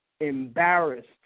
embarrassed